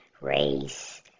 race